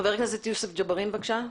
חבר הכנסת יוסף ג'בארין, בבקשה.